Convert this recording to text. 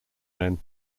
men